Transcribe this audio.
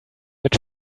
mit